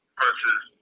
versus